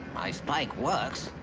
my spike works.